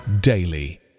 daily